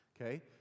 okay